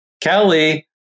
Kelly